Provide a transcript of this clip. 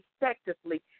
effectively